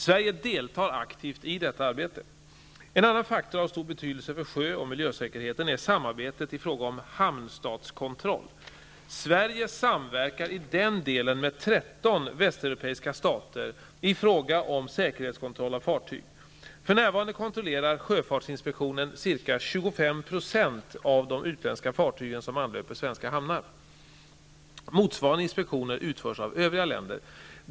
Sverige deltar aktivt i detta arbete. En annan faktor av stor betydelse för sjö och miljösäkerheten är samarbetet i fråga om hamnstatskontroll. Sverige samverkar i den delen med 13 västeuropeiska stater i fråga om säkerhetskontroll av fartyg. För närvarande kontrollerar sjöfartsinspektionen ca 25 % av de utländska fartygen som anlöper svenska hamnar. Motsvarande inspektioner utförs av övriga länder.